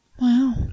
Wow